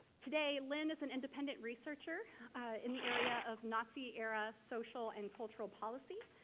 today, lynne is an independent researcher in the area of nazi-era social and cultural policy.